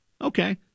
Okay